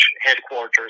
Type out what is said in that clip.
headquarters